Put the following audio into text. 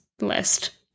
list